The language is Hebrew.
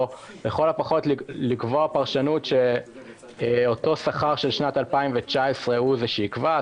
או לכל הפחות לקבוע פרשנות שאותו שכר של שנת 2019 הוא זה שיקבע.